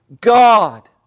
God